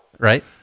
right